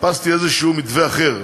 חיפשתי איזשהו מתווה אחר,